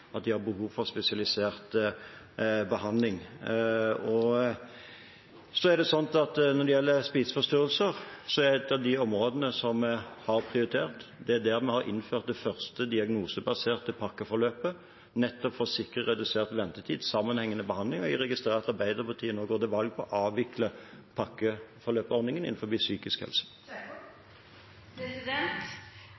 at de har behov for spesialisert behandling. Når det gjelder spiseforstyrrelser, er det et av de områdene som vi har prioritert, der vi har innført det første diagnosebaserte pakkeforløpet, nettopp for å sikre redusert ventetid og sammenhengende behandling. Jeg registrerer at Arbeiderpartiet nå går til valg på å avvikle pakkeforløpsordningen innenfor psykisk helse.